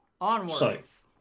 Onwards